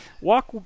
Walk